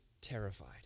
terrified